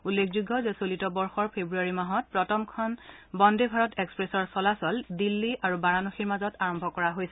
উল্লেখযোগ্য যে চলিত বৰ্ষৰ ফেক্ৰৱাৰী মাহত প্ৰথমখন বন্দে ভাৰত এক্সপ্ৰেছৰ চলাচল দিল্লী আৰু বাৰাণসীৰ মাজত আৰম্ভ কৰা হৈছিল